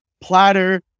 platter